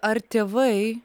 ar tėvai